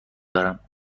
دارم